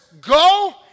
go